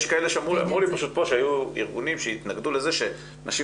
אמרו לי פשוט פה שהיו ארגונים שהתנגדו לזה שנשים